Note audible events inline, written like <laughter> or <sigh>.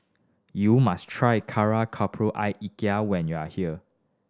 you must try kari <unintelligible> when you are here